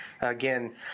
again